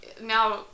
now